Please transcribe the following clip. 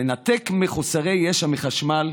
לנתק חסרי ישע מחשמל,